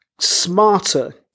smarter